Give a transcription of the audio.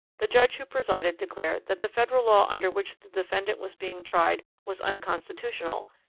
the judge who presided declared that the federal law under which the defendant was being tried was unconstitutional,